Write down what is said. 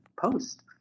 post